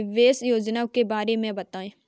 निवेश योजना के बारे में बताएँ?